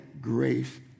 grace